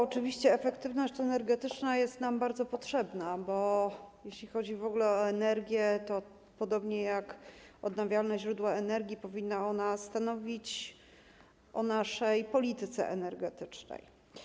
Oczywiście efektywność energetyczna jest nam bardzo potrzebna, bo jeśli chodzi o energię, to podobnie jak odnawialne źródła energii, powinna ona stanowić o naszej polityce energetycznej.